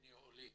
בני עולים,